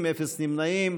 (זכאות לתגמולים ולקצבה),